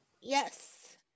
Yes